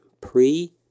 pre-